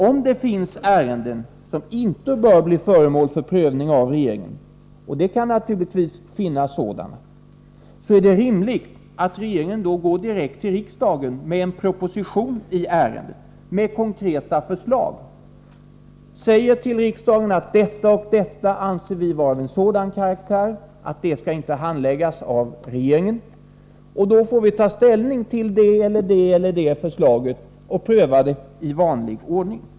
Om det finns ärenden som inte bör bli föremål för prövning av regeringen — och det kan naturligtvis finnas sådana — är det rimligt att regeringen går direkt till riksdagen med en proposition i ärendet med konkreta förslag, säger till riksdagen att man anser att en fråga är av sådan karaktär att den inte skall handläggas av regeringen, och så får vi ta ställning till förslaget och pröva det i vanlig ordning.